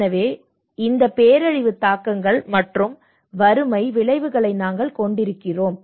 எனவே இந்த பேரழிவு தாக்கங்கள் மற்றும் வறுமை விளைவுகளை நாங்கள் கொண்டிருக்கிறோம்